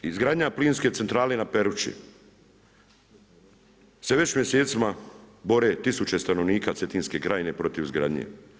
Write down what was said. Izgradnja plinske centrale na Perući, se već mjesecima bore tisuće stanovnika Cetinske krajine protiv izgradnje.